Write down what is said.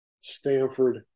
Stanford